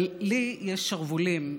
אבל לי יש שרוולים,